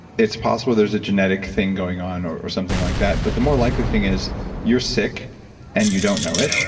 it's possible there's a genetic thing going on or something like that, but the more likely thing is you're sick and you don't know it,